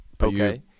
okay